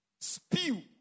spew